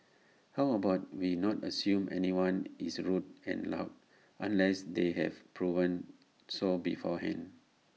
how about we not assume anyone is rude and loud unless they have proven so beforehand